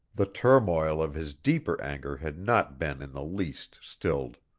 the turmoil of his deeper anger had not been in the least stilled.